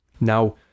Now